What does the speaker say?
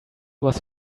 was